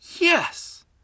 Yes